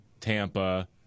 Tampa